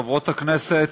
חברות הכנסת,